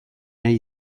nahi